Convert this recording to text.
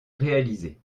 réalisées